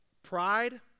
Pride